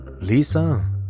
Lisa